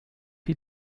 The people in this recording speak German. die